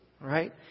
right